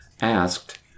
asked